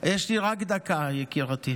יש לי רק דקה, יקירתי.